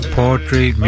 poetry